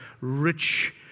rich